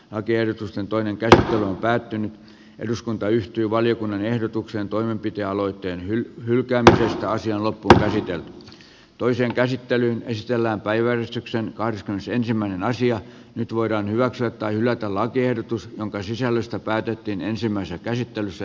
lakiehdotusten toinen kerta päättynyt eduskunta yhtyi valiokunnan ehdotukseen toimenpidealoitteen hylkääm taisi olla presidentti toisen käsittelyn estellä päiväystyksen kahdeskymmenesensimmäinen asia nyt voidaan hyväksyä tai hylätä lakiehdotus jonka sisällöstä päätettiin ensimmäisessä käsittelyssä